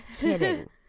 kidding